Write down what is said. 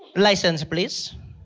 license please?